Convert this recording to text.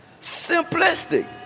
Simplistic